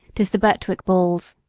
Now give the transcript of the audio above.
tis the birtwick balls,